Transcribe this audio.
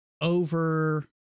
over